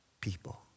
people